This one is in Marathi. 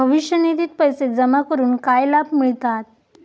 भविष्य निधित पैसे जमा करून काय लाभ मिळतात?